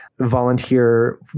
volunteer